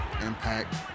impact